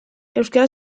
euskara